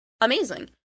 Amazing